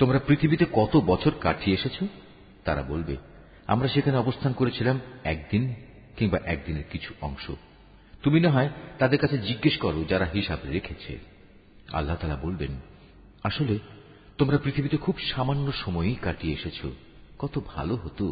তোমরা পৃথিবীতে কত বছর কাটিয়ে এসেছ? তারা বলবে, আমরা সেখানে অবস্থান করেছিলাম একদিন কিংবা একদিনের কিছু অংশ। তুমি নাহয় তাদের কাছে জিজ্ঞেস করো যারা হিসাব রেখেছে। আল্লাহ তালা বলবেন, আসলে তোমরা পৃথিবীতে খুব সামান্য সময়ই কাটিয়ে এসেছ, কত ভালো হতো।